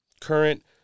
Current